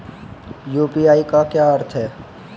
UPI का क्या अर्थ है?